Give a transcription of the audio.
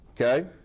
okay